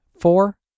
four